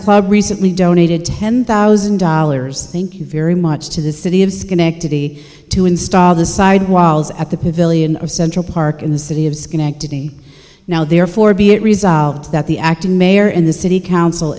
club recently donated ten thousand dollars thank you very much to the city of schenectady to install the side walls at the pavilion of central park in the city of schenectady now therefore be it resolved that the acting mayor and the city council